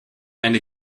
eine